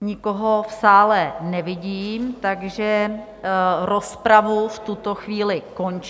Nikoho v sále nevidím, takže rozpravu v tuto chvíli končím.